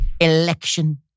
Election